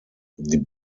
die